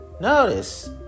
Notice